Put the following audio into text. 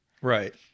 Right